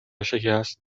شکست